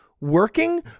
working